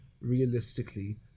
realistically